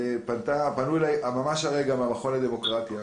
ופנו אליי ממש הרגע מהמכון לדמוקרטיה,